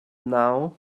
now